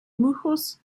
muchos